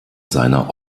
seiner